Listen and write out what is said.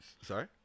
Sorry